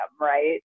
Right